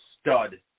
stud